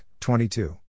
22